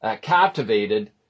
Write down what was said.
captivated